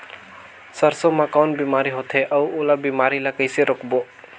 सरसो मा कौन बीमारी होथे अउ ओला बीमारी ला कइसे रोकबो?